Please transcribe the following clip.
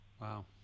Wow